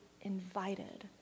invited